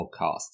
podcast